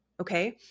Okay